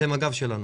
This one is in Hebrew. אתם הגב שלנו.